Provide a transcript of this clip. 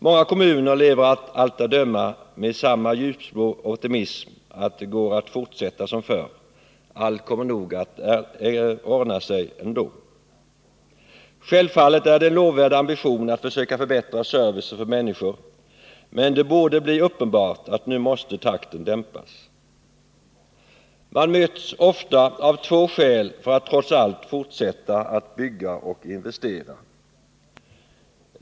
Många kommuner lever av allt att döma med samma ljusblå optimism och tror att det går att fortsätta som förr; allt kommer nog att ordna sig ändå. Självfallet är det en lovvärd ambition att försöka förbättra servicen för människor, men det borde bli uppenbart att nu måste takten dämpas. Man möts ofta av två skäl för att trots allt fortsätta att bygga och investera.